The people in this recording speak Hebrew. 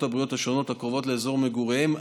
הבריאות השונות הקרובות לאזור מגוריהם.